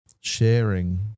sharing